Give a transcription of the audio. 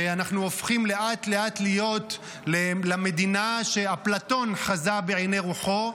שאנחנו הופכים לאט-לאט להיות למדינה שאפלטון חזה בעיני רוחו,